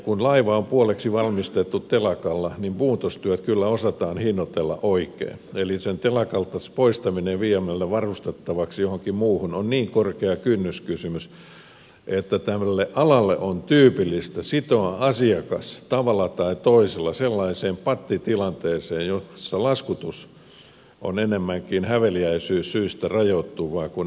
kun laiva on puoliksi valmistettu telakalla niin muutostyöt kyllä osataan hinnoitella oikein eli sen telakalta poistaminen ja vieminen varustettavaksi johonkin muualle on niin korkea kynnyskysymys että tälle alalle on tyypillistä sitoa asiakas tavalla tai toisella sellaiseen pattitilanteeseen jossa laskutus on enemmänkin häveliäisyyssyistä rajoittuvaa kuin asialliseen toimintaan